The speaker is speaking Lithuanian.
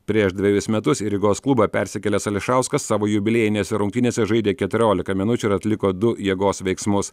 prieš dvejus metus į rygos klubą persikėlęs ališauskas savo jubiliejinėse rungtynėse žaidė keturiolika minučių ir atliko du jėgos veiksmus